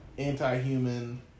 Anti-human